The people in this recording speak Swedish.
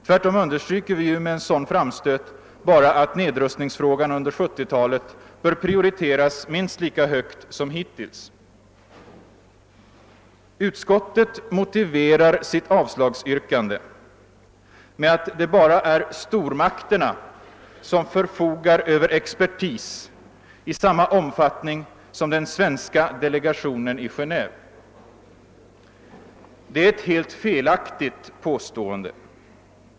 Tvärtom understryker vi med en sådan framstöt bara att nedrustningsfrågan under 1970-talet bör prioriteras minst lika högt som hittills. Utskottet motiverar sitt avslagsyrkande med att det bara är stormakterna som förfogar över expertis i samma omfattning som den svenska delegationen i Geneve. Det är ett helt felaktigt påstående.